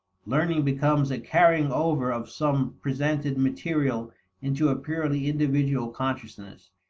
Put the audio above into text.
learning becomes a carrying over of some presented material into a purely individual consciousness,